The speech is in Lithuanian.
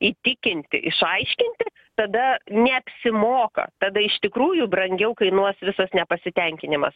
įtikinti išaiškinti tada neapsimoka tada iš tikrųjų brangiau kainuos visas nepasitenkinimas